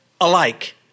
alike